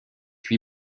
huit